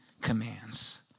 commands